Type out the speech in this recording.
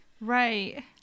right